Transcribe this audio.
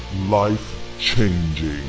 Life-changing